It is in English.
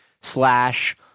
slash